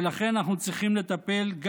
ולכן אנחנו צריכים לטפל,